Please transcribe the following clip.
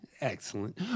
Excellent